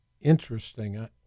interesting